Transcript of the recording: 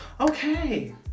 Okay